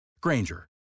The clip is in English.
Granger